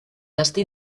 destí